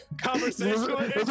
conversation